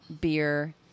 beer